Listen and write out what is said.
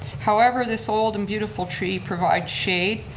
however, this old and beautiful tree provides shade,